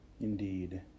Indeed